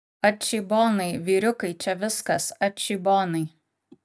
atšybonai vyriukai čia viskas atšybonai